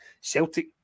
Celtic